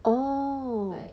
orh